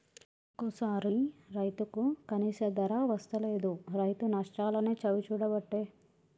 ఒక్కోసారి రైతుకు కనీస ధర వస్తలేదు, రైతు నష్టాలనే చవిచూడబట్టే